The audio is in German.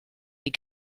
die